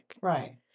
Right